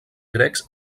grecs